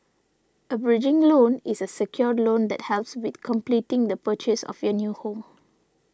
a bridging loan is a secured loan that helps with completing the purchase of your new home